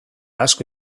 asko